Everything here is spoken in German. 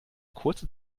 kurze